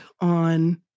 on